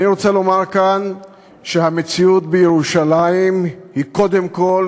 אני רוצה לומר כאן שהמציאות בירושלים היא קודם כול